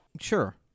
Sure